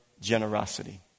generosity